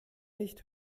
nicht